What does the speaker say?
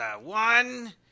one